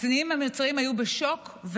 הקצינים המצרים היו בשוק,